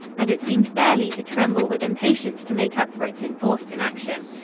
and it seemed fairly to tremble with impatience to make up for its enforced inaction.